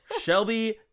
Shelby